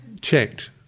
checked